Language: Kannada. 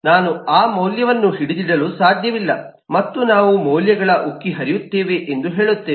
ನಾನು ಆ ಮೌಲ್ಯವನ್ನು ಹಿಡಿದಿಡಲು ಸಾಧ್ಯವಿಲ್ಲ ಮತ್ತು ನಾವು ಅದನ್ನು ಮೌಲ್ಯಗಳ ಉಕ್ಕಿ ಹರಿಯುತ್ತೇವೆ ಎಂದು ಹೇಳುತ್ತೇವೆ